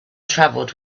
travelled